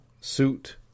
suit